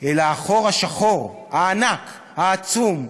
אלא החור השחור, הענק, העצום,